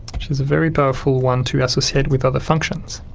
which is a very powerful one to associate with other functions